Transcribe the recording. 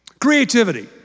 Creativity